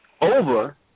over